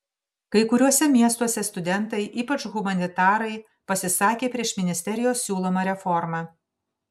kai kuriuose miestuose studentai ypač humanitarai pasisakė prieš ministerijos siūlomą reformą